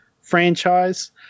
franchise